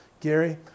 Gary